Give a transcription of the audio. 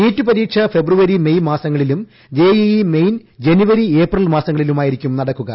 NEET പരീക്ഷ February May മാസങ്ങളിലും J E main January April മാസങ്ങളിലായിരിക്കും നടക്കുക